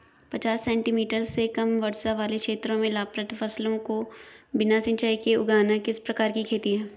पचास सेंटीमीटर से कम वर्षा वाले क्षेत्रों में लाभप्रद फसलों को बिना सिंचाई के उगाना किस प्रकार की खेती है?